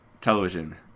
television